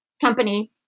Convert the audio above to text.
company